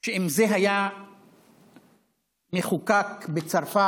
שאם זה היה מחוקק בצרפת,